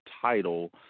title